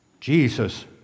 Jesus